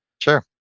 Sure